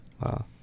Wow